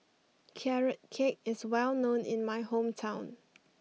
Carrot Cake is well known in my hometown